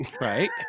Right